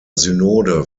synode